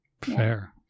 Fair